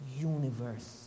universe